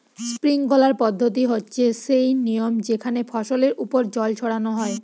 sprinkler পদ্ধতি হচ্ছে সেই নিয়ম যেখানে ফসলের ওপর জল ছড়ানো হয়